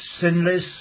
sinless